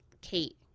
kate